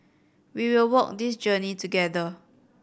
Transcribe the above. we will walk this journey together